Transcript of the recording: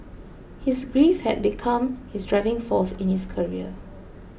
his grief had become his driving force in his career